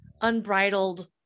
unbridled